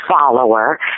follower